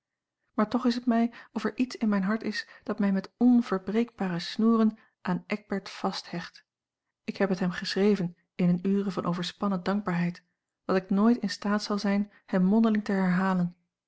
maar toch het is mij of er iets in mijn hart is dat mij met onverbreekbare snoeren aan eckbert vasthecht ik heb het hem geschreven in eene ure van overspannen dankbaarheid wat ik nooit in staat zal zijn hem mondeling te herhalen